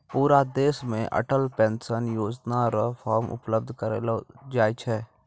पूरा देश मे अटल पेंशन योजना र फॉर्म उपलब्ध करयलो जाय छै